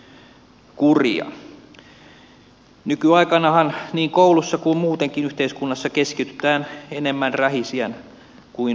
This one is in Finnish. nykyaikanahan niin koulussa kuin muutenkin yhteiskunnassa keskitytään enemmän rähisijän kuin uhrin ongelmiin